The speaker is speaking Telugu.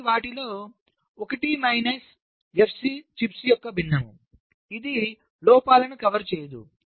కాబట్టి వాటిలో 1 మైనస్ ఎఫ్సి చిప్స్ యొక్క భిన్నం ఇది లోపాలను కవర్ చేయదు